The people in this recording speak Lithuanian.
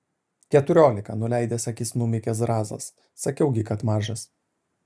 keturiolika nuleidęs akis numykė zrazas sakiau gi kad mažas